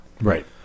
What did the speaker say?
Right